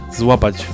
złapać